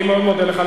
אני מאוד מודה לך.